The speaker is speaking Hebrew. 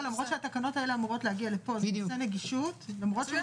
למרות שהתקנות האלה אמורות להגיע לפה בנושא נגישות --- אנחנו